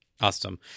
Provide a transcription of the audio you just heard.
Awesome